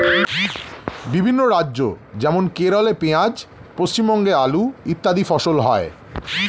বিভিন্ন রাজ্য যেমন কেরলে পেঁয়াজ, পশ্চিমবঙ্গে আলু ইত্যাদি ফসল হয়